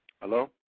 Hello